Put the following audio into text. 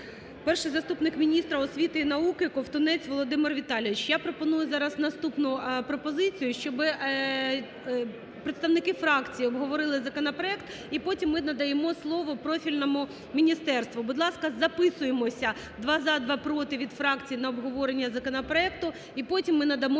перший заступник міністра освіти і науки Ковтунець Володимир Віталійович. Я пропоную зараз наступну пропозицію, щоб представники фракцій обговорили законопроект і потім ми надаємо слово профільному міністерству. Будь ласка, записуємося: два – "за", два – "проти" від фракцій на обговорення законопроекту. І потім ми надамо